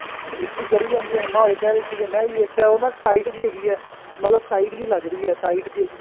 ਖੇਤੀ ਕਰੀ ਜਾਂਦੀ ਹੈ ਮਮਾ ਹੋਵੇ ਕਹਿ ਰਹੇ ਸੀਗੇ ਮੈਂ ਵੀ ਵੇਖਿਆ ਉਹ ਨਾ ਟਾਈਟ ਜੀ ਹੈਗੀ ਹੈ ਮਤਲਬ ਟਾਈਟ ਜਿਹੀ ਲੱਗ ਰਹੀ ਹੈ